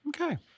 Okay